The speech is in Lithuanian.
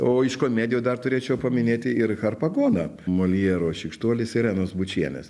o iš komedijų dar turėčiau paminėti ir harpagoną moljero šykštuolis irenos bučienės